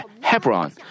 Hebron